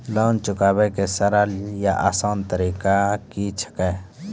Loan चुकाबै के सरल या आसान तरीका की अछि?